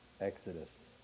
Exodus